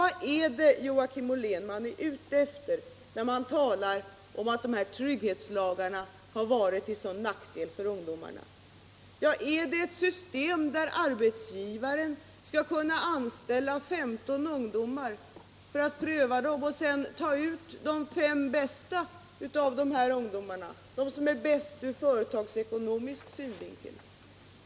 Vad är det man är ute efter, Joakim Ollén, när man talar om att de här trygghetslagarna har varit till sådan nackdel för ungdomarna? Är det ett system där arbetsgivaren skall kunna anställa 15 ungdomar för att pröva dem och sedan ta ut de fem bästa, de som är bäst ur företagsekonomisk synvinkel?